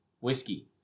whiskey